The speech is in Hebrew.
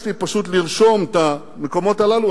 ביקשתי פשוט לרשום את המקומות הללו.